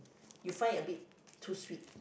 you find it a bit too sweet